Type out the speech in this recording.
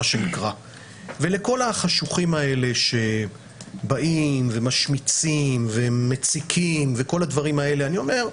לכל החשוכים האלה שבאים משמיצים ומציקים אני אומר,